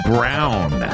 Brown